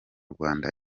rwanda